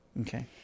Okay